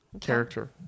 character